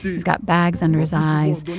he's got bags under his eyes.